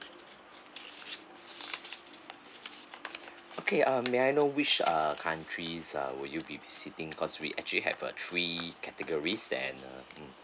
okay uh may I know which uh countries uh will you be visiting cause we actually have a three categories then